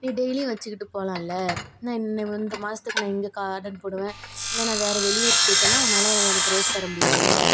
நீ டெய்லியும் வச்சுக்கிட்டு போலாம்ல நான் இந்த மாதத்துக்கு இங்கே கார்டன் போடுவேன் இல்லை நான் வேறு வெளி ஊருக்கு போயிட்டனா உன்னால் எனக்கு ரோஸ் தர முடியாதுல்ல நீ